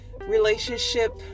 relationship